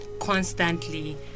constantly